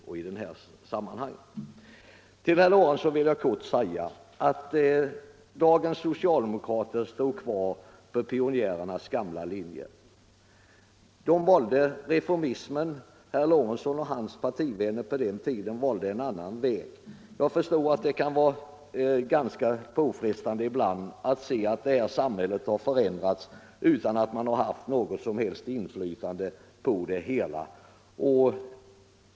Till herr Lorentzon vill jag kort säga att dagens socialdemokrater står kvar på pionjärernas gamla linje. De valde reformismen. Herr Lorentzon och hans partivänner på den tiden valde en annan väg. Jag förstår att det ibland kan vara ganska påfrestande att se att samhället har förändrats utan att man haft något som helst inflytande på det.